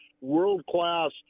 world-class